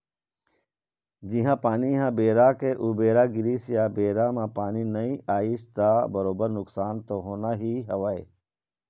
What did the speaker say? जिहाँ पानी ह बेरा के उबेरा गिरिस या बेरा म पानी नइ आइस त बरोबर नुकसान तो होना ही हवय